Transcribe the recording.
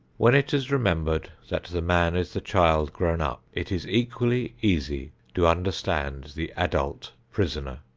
when it is remembered that the man is the child grown up, it is equally easy to understand the adult prisoner.